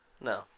No